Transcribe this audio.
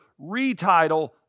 retitle